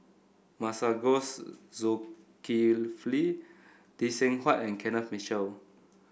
Masagos Zulkifli Lee Seng Huat and Kenneth Mitchell